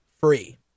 free